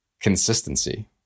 consistency